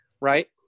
Right